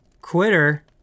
Quitter